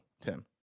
Tim